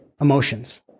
emotions